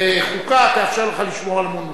וחוקה תאפשר לך לשמור על אמונותיך.